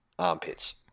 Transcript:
armpits